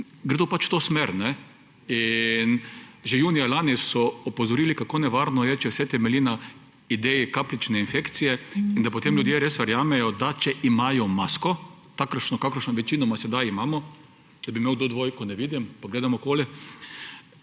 gredo pač v to smer. In že julija lani so opozorili, kako nevarno je, če vse temelji na ideji kapljične infekcije in potem ljudje res verjamejo, da če imajo masko, kakršno večinoma sedaj imamo − da bi imel kdo dvojko, ne vidim, pa gledam okoli.